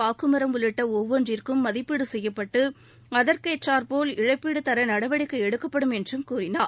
பாக்குமரம் உள்ளிட்ட ஒவ்வொன்றிற்கும் மதிப்பீடு செய்யப்பட்டு அதற்கேற்றார்போல் இழப்பீடு தர நடவடிக்கை எடுக்கப்படும் என்றும் கூறினார்